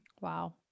Wow